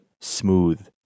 smooth